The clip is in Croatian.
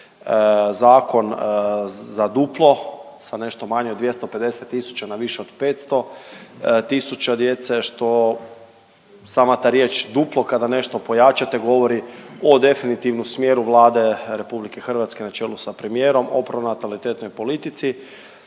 zakon za duplo sa nešto manje od 250 000 na više od 500 000 djece što sama ta riječ duplo kada nešto pojačate govori o definitivnom smjeru Vlade Republike Hrvatske na čelu sa premijerom o pronatalitetnoj politici.